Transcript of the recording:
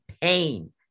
pain